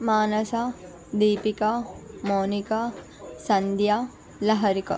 Manasa Deepika Mounika Sandhya Laharika